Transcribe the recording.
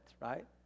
right